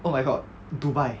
oh my god dubai